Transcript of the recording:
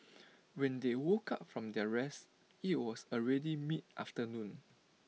when they woke up from their rest IT was already mid afternoon